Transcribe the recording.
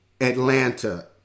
Atlanta